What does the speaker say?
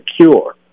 secure